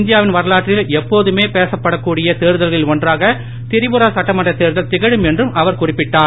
இந்தியாவின் வரலாற்றில் எப்போதுமே பேசப்படக் கூடிய தேர்தலில்களில் ஒன்றாக திரிபுரா சட்டமன்ற தேர்தல் திகழும் என்றும் அவர் குறிப்பிட்டார்